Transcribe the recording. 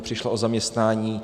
Přišla o zaměstnání.